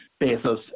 Bezos